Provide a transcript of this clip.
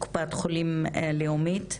קופת חולים לאומית,